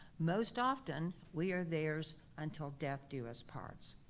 most often we are theirs until death do us parts.